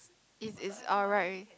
is is alright